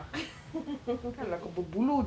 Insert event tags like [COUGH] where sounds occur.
[LAUGHS]